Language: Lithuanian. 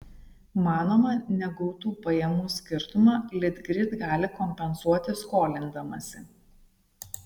manoma negautų pajamų skirtumą litgrid gali kompensuoti skolindamasi